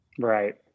Right